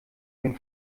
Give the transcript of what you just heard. den